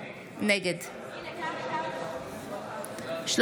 נגד שלמה קרעי,